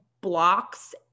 blocks